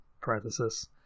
parenthesis